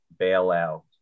bailout